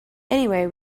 anyway